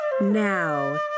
Now